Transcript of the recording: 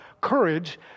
courage